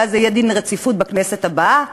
ואז יהיה דין רציפות בכנסת הבאה.